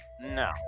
No